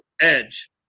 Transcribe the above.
Edge